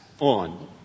on